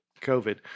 COVID